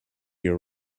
your